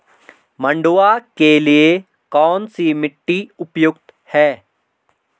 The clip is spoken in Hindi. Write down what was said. मंडुवा के लिए कौन सी मिट्टी उपयुक्त है?